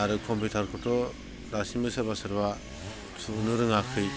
आरो कम्पिउटारखौथ' दासिमबो सोरबा सोरबा थुबावनो रोङाखै